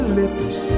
lips